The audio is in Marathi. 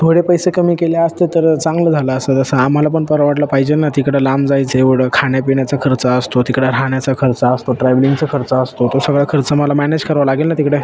थोडे पैसे कमी केले असते तर चांगलं झालं असतं तसं आम्हाला पण परवडलं पाहिजे ना तिकडं लांब जायचं एवढं खाण्यापिण्याचा खर्च असतो तिकडं राहण्याचा खर्च असतो ट्रॅवलिंगचा खर्च असतो तो सगळा खर्च मला मॅनेज करावा लागेल ना तिकडे